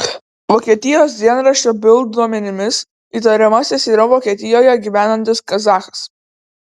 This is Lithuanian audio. vokietijos dienraščio bild duomenimis įtariamasis yra vokietijoje gyvenantis kazachas